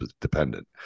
dependent